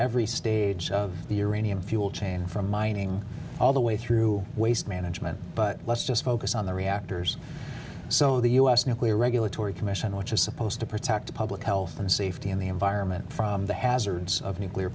every stage of the uranium fuel chain from mining all the way through waste management but let's just focus on the reactors so the u s nuclear regulatory commission which is supposed to protect the public health and safety and the environment from the hazards of nuclear